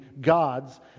gods